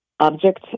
object